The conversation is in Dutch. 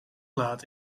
laat